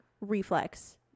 reflex